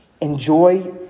Enjoy